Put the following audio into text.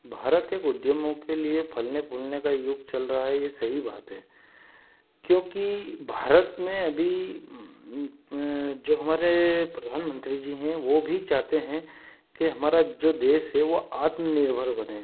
भारत के उद्यमों के लिए फलने फूलने का युग चल रहा है ये सही बात है क्योंकि भारत में अभी जो हमारे प्रधानमंत्री जी हैं वो भी चाहते हैं के हमारा जो देश है वो आत्मनिर्भर बने